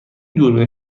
دوربین